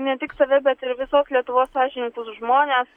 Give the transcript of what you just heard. ne tik save bet ir visos lietuvos sąžiningus žmones